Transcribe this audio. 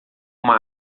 uma